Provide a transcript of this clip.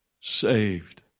saved